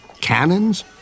cannons